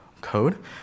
code